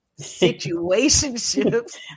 situationships